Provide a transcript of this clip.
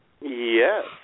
Yes